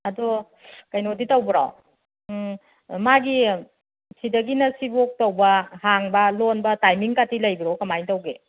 ꯑꯗꯣ ꯀꯩꯅꯣꯗꯤ ꯇꯧꯕ꯭ꯔꯣ ꯃꯥꯒꯤ ꯁꯤꯗꯒꯤꯅ ꯁꯤꯐꯥꯎ ꯇꯧꯕ ꯍꯥꯡꯕ ꯂꯣꯟꯕ ꯇꯥꯏꯃꯤꯡꯒꯇꯤ ꯂꯩꯕ꯭ꯔꯣ ꯀꯃꯥꯏ ꯇꯧꯒꯦ